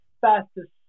fastest